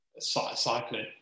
Cycling